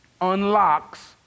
unlocks